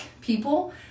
people